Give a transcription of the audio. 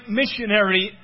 missionary